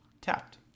Tapped